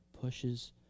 pushes